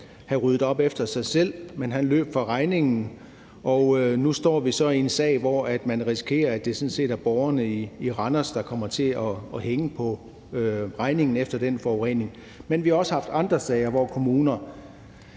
have ryddet op efter sig selv, men han løb fra regningen, og nu står vi så med en sag, hvor man risikerer, at det sådan set er borgerne i Randers, der kommer til at hænge på regningen efter den forurening. Men vi har også haft andre sager, hvor kommuner